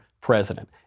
president